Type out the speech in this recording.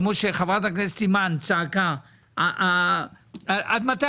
כמו שחברת הכנסת אימאן צעקה 'עד מתי